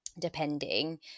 depending